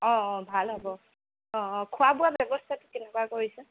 অ অ ভাল হ'ব অ অ খোৱা বোৱা ব্যৱস্থা কেনেকুৱা কৰিছে